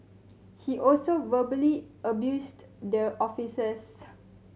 he also verbally abused the officers